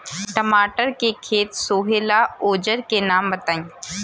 टमाटर के खेत सोहेला औजर के नाम बताई?